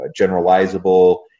generalizable